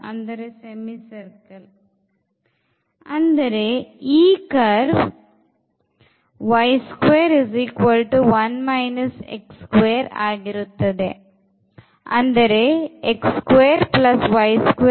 ಅಂದರೆ ಈ curve ಆಗಿರುತ್ತದೆ ಅಂದರೆ